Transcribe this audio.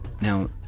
Now